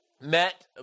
met